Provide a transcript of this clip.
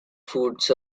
foods